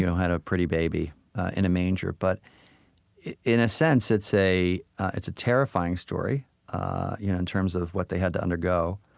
you know had a pretty baby in a manger. but in a sense, it's a it's a terrifying story ah yeah in terms of what they had to undergo.